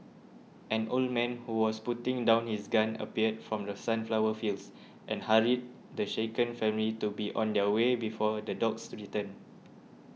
an old man who was putting down his gun appeared from the sunflower fields and hurried the shaken family to be on their way before the dogs return